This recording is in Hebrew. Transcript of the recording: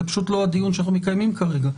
זה לא הדיון שאנחנו מקיימים כרגע.